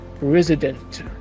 resident